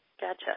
Gotcha